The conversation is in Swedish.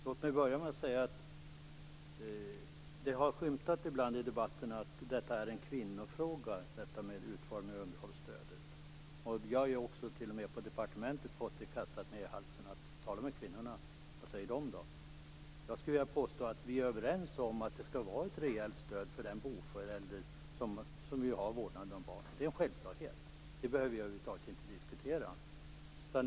Fru talman! Det har skymtat ibland i debatten att detta är en kvinnofråga, detta med utformningen av underhållsstödet. Jag har t.o.m. på departementet fått det kastat mig i ansiktet: Tala med kvinnorna, vad säger de? Jag skulle vilja påstå att vi är överens om att det skall vara ett rejält stöd för den boförälder som har vårdnaden av barnet. Det är en självklarhet. Det behöver vi över huvud taget inte diskutera.